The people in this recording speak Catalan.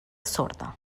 sorda